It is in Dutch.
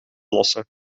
lossen